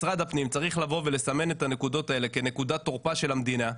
משרד הפנים צריך לבוא ולסמן את הנקודות האלה כנקודת טורפה של המדינה,